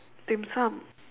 dim-sum